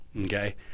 Okay